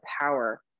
power